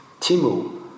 Timu